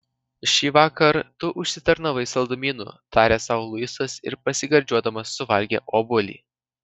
šįvakar tu užsitarnavai saldumynų tarė sau luisas ir pasigardžiuodamas suvalgė obuolį